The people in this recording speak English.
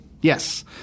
Yes